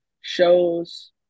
shows